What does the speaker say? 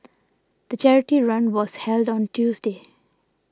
the charity run was held on Tuesday